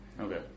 Okay